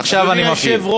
עכשיו אני מפעיל.